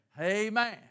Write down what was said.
Amen